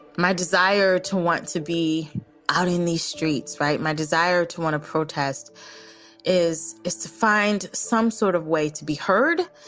my desire to want to be out in the streets by my desire to want to protest is is to find some sort of way to be heard.